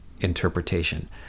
interpretation